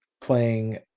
playing